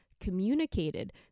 communicated